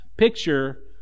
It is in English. picture